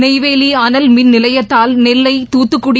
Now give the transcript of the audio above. நெப்வேலி அனல் மின்நிலையத்தால் நெல்லை துத்துக்குடி